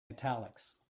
italics